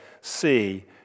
see